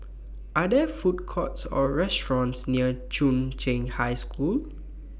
Are There Food Courts Or restaurants near Chung Cheng High School